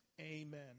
amen